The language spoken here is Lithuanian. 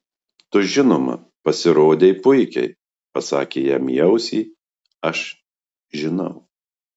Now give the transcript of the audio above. tu žinoma pasirodei puikiai pasakė jam į ausį aš žinau